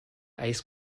ice